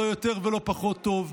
לא יותר ולא פחות טוב,